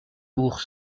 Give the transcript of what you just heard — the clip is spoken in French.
pour